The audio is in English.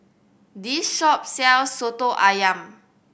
this shop sells Soto Ayam